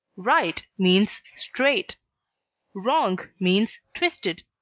right means straight wrong means twisted.